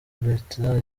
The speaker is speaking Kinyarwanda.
bertrand